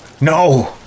No